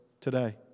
today